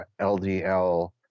LDL